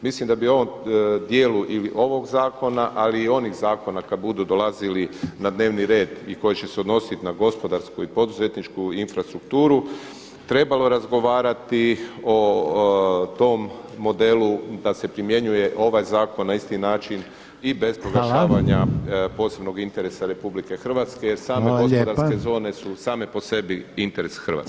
Mislim da bi u ovom dijelu ili ovog zakona ali i onih zakona kada budu dolazili na dnevni red i koji će se odnositi na gospodarsku i poduzetničku infrastrukturu trebalo razgovarati o tom modelu da se primjenjuje ovaj zakon na isti način i bez proglašavanja posebno interesa RH jer same gospodarske zone su same po sebi interes Hrvatske.